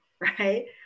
right